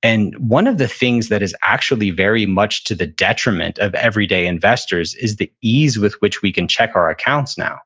and one of the things that is actually very much to the detriment of everyday investors is the ease with which we can check our accounts now.